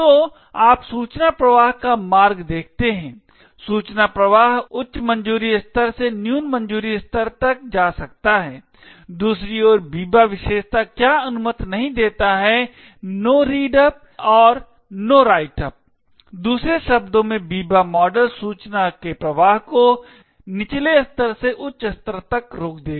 तो आप सूचना प्रवाह का मार्ग देखते हैं सूचना प्रवाह उच्च मंजूरी स्तर से न्यून मंजूरी स्तर तक जा सकता है दूसरी ओर Biba विशेषता क्या अनुमति नहीं देता है no read up और the no write up दूसरे शब्दों में Biba मॉडल सूचना के प्रवाह को निचले स्तर से उच्च स्तर तक रोक देगा